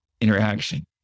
interaction